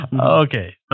Okay